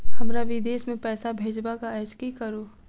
हमरा विदेश मे पैसा भेजबाक अछि की करू?